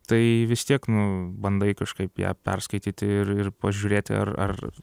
tai vis tiek nu bandai kažkaip ją perskaityti ir ir pažiūrėti ar ar